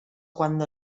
cuando